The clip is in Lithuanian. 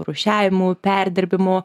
rūšiavimu perdirbimu